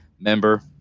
member